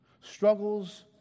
struggles